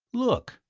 look,